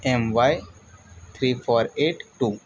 M Y three four eight two